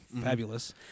Fabulous